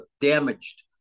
damaged